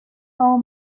all